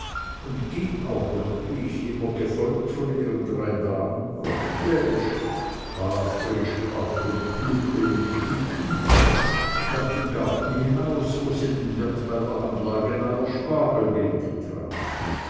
und ging auch wirklich immer gefolgt von ihrem drei damen cortge balafr sprach von klucke mit küken nach dem garten hinaus wo sie den wirt bei der anlage neuer spargelbeete traf